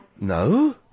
No